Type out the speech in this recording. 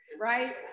right